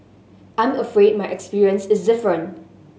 I'm afraid my experience is different